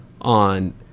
on